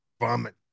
vomit